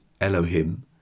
Elohim